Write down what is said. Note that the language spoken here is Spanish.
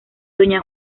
doña